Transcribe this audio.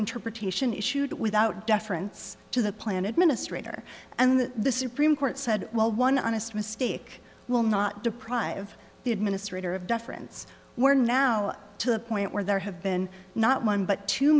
interpretation issued without deference to the plan administrator and that the supreme court said well one honest mistake will not deprive the administrator of deference we're now to the point where there have been not one but two